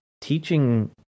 teaching